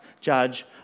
judge